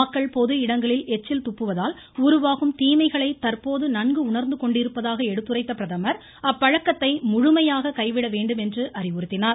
மக்கள் பொது இடங்களில் எச்சில் துப்புவதால் உருவாகும் தீமைகளை தற்போது நன்கு உணா்ந்து கொண்டிருப்பதாக எடுத்துரைத்த பிரதமா் அப்பழக்கத்தை முழுமையாக கைவிட வேண்டும் என்று அறிவுறுத்தினார்